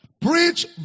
Preach